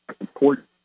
important